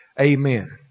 Amen